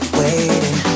waiting